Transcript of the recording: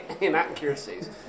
inaccuracies